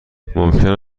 ممکن